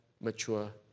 mature